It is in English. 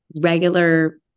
regular